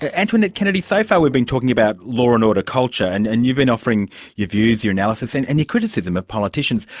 ah antoinette kennedy, so far we've been talking about law and order culture and and you've been offering your views, your analysis and and your criticism of politicians.